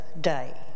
day